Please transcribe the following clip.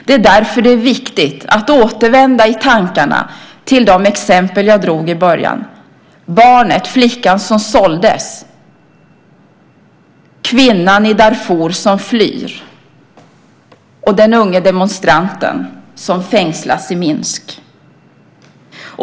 Det är därför det är viktigt att återvända i tankarna till de exempel jag drog i början: barnet, flickan som såldes, kvinnan i Darfur som flyr och den unge demonstranten som fängslas i Minsk.